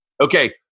Okay